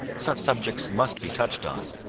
such subjects must be touched on,